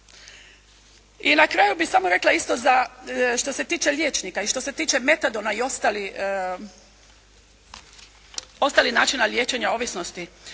I na kraju bi samo rekla isto za što se tiče liječnika i što se tiče metadona i ostalih načina liječenja ovisnosti.